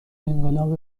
انقلاب